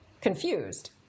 confused